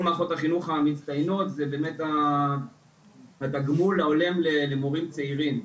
מערכות החינוך המצטיינות זה באמת התגמול ההולם למורים צעירים.